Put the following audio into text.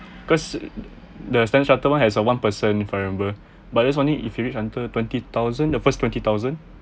cause the standard chartered one has a one per cent for member but that's only if you reach until twenty thousand the first twenty thousand